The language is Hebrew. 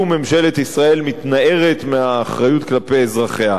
ממשלת ישראל מתנערת מהאחריות כלפי אזרחיה.